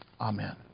Amen